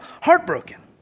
heartbroken